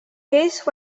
base